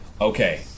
Okay